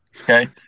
Okay